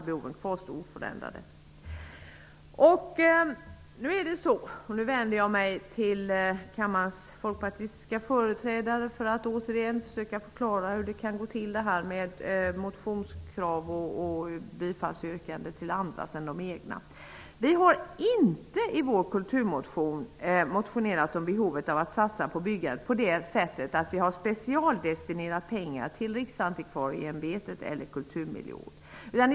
Behoven kvarstår oförändrade, anser vi i Jag vänder mig till kammarens folkpartistiska företrädare för att återigen försöka förklara detta med motionskrav och bifallsyrkande när det gäller de egna kraven i förhållande till de andras. I vår kulturmotion har vi inte motionerat om behovet av att satsa på byggnader på så sätt att vi har specialdestinerat pengar till Riksantikvarieämbetet eller till kulturmiljövård.